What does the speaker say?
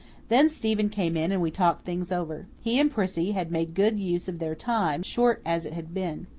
then stephen came in and we talked things over. he and prissy had made good use of their time, short as it had been.